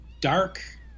dark